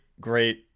great